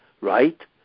right